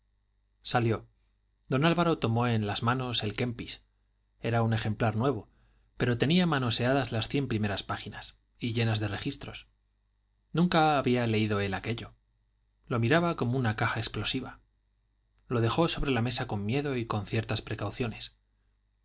salió don álvaro tomó en las manos el kempis era un ejemplar nuevo pero tenía manoseadas las cien primeras páginas y llenas de registros nunca había leído él aquello lo miraba como una caja explosiva lo dejó sobre la mesa con miedo y con ciertas precauciones